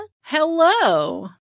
hello